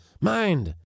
Mind